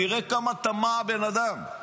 תראה כמה טמאע הבן אדם: